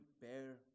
bear